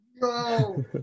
No